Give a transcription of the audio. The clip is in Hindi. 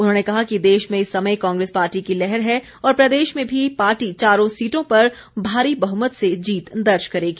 उन्होंने कहा कि देश में इस समय कांग्रेस पार्टी की लहर है और प्रदेश में भी पार्टी चारों सीटों पर भारी बहुमत से जीत दर्ज करेगी